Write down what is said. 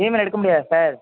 இஎம்ஐயில் எடுக்க முடியாதா சார்